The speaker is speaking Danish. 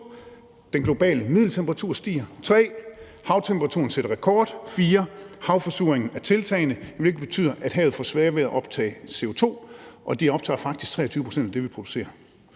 den globale middeltemperatur stiger, 3) havtemperaturen sætter rekord og 4) havforsuringen er tiltagende, hvilket betyder, at havet får sværere ved at optage CO2, og det optager faktisk 23 pct. af det, vi producerer.